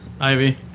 Ivy